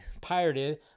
pirated